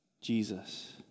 Jesus